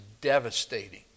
devastating